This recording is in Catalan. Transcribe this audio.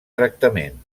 tractament